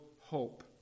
hope